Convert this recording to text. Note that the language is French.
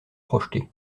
projetées